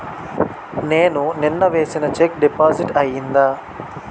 నేను నిన్న వేసిన చెక్ డిపాజిట్ అయిందా?